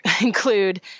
include